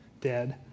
dead